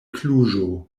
kluĵo